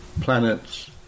planets